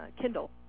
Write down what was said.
Kindle